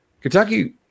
Kentucky